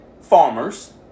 farmers